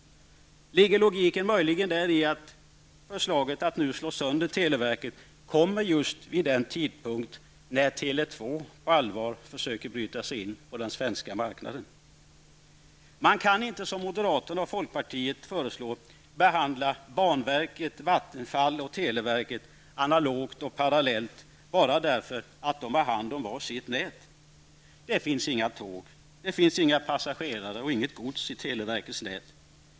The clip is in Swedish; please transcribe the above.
Ligger logiken möjligen däri att förslaget att nu slå sönder televerket kommer just vid den tidpunkt när Tele 2 på allvar försöker bryta sig in på den svenska marknaden? Man kan inte som moderaterna och folkpartiet föreslår behandla banverket, Vattenfall och televerket analogt och parallellt bara därför att de har hand om var sitt nät. Det finns inga tåg, inga passagerare och inget gods i televerkets nät.